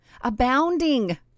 abounding